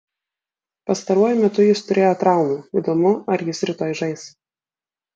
pastaruoju metu jis turėjo traumų įdomu ar jis rytoj žais